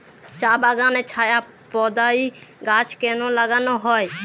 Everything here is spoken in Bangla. চা বাগানে ছায়া প্রদায়ী গাছ কেন লাগানো হয়?